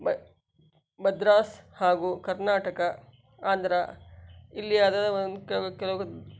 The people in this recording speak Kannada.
ಮ ಮದ್ರಾಸ್ ಹಾಗೂ ಕರ್ನಾಟಕ ಆಂಧ್ರ ಇಲ್ಲಿ ಅದರ ಕೆಲವು